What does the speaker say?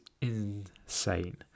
insane